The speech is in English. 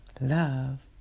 love